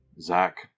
Zach